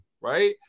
right